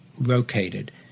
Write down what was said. located